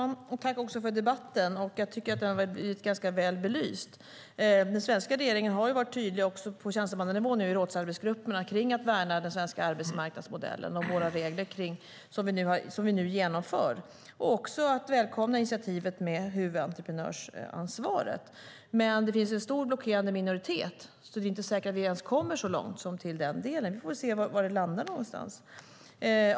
Herr talman! Tack för debatten, som jag tycker har varit belysande! Den svenska regeringen har varit tydlig på tjänstemannanivå i rådsarbetsgrupperna när det gäller att värna den svenska arbetsmarknadsmodellen och de regler som vi nu genomför och med att vi välkomnar initiativet med huvudentreprenörsansvar. Det finns dock en stor blockerande minoritet, så det är inte säkert att vi ens kommer så långt som till den delen. Vi får se var det hela landar.